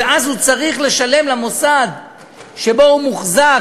ואז הוא צריך לשלם למוסד שבו הוא מוחזק,